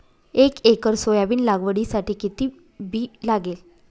एक acre soybean लागवडीसाठी किती बी लागेल?